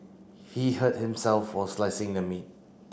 he hurt himself while slicing the meat